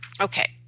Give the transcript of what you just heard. Okay